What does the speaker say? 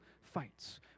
fights